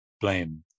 blame